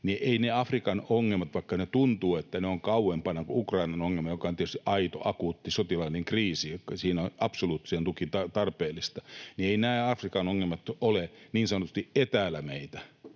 ja vaikka Afrikan ongelmat tuntuvat olevan kauempana kuin Ukrainan ongelmat — joka on tietysti aito, akuutti sotilaallinen kriisi, jossa on absoluuttisesti tuki tarpeellista — niin eivät Afrikan ongelmat ole niin sanotusti etäällä meitä,